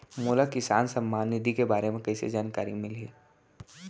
मोला किसान सम्मान निधि के बारे म कइसे जानकारी मिलही?